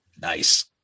Nice